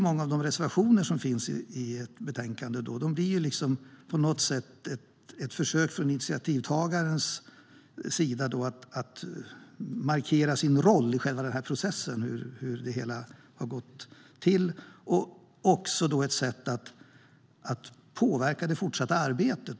Många av de reservationer som finns i betänkandet blir på något sätt ett försök från initiativtagarens sida att markera sin roll i processen. Det blir också ett sätt att påverka det fortsatta arbetet.